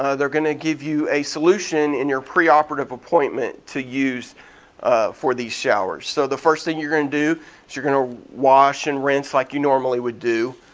ah they're gonna give you a solution in your pre-operative appointment to use for these showers. so the first thing you're gonna do is you're gonna wash and rinse like you normally would do